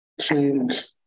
change